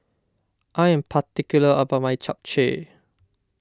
I am particular about my Japchae